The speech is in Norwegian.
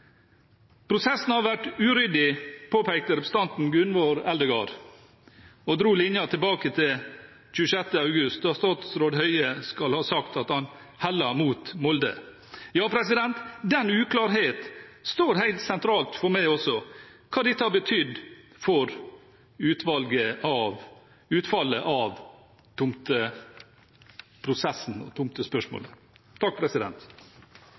Prosessen har vært uryddig, påpekte representanten Gunvor Eldegard, og dro linjen tilbake til 26. august, da statsråd Høie skal ha sagt at han hellet mot Molde. Ja, den uklarheten står helt sentralt for meg også: hva dette har betydd for utfallet av tomteprosessen og tomtespørsmålet. At kontroll- og